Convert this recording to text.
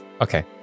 Okay